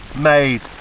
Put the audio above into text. made